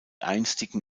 einstigen